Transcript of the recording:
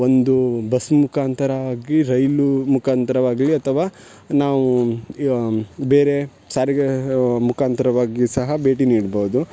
ಒಂದು ಬಸ್ ಮುಖಾಂತರ ಆಗಿ ರೈಲು ಮುಖಾಂತರವಾಗಲಿ ಅಥವಾ ನಾವು ಯ ಬೇರೆ ಸಾರಿಗೆ ಮುಖಾಂತರವಾಗಿ ಸಹ ಭೇಟಿ ನೀಡ್ಬೌದು